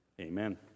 Amen